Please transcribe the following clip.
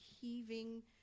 heaving